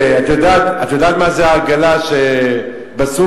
יודעת מה זה עגלה בסופר?